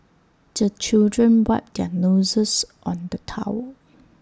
the children wipe their noses on the towel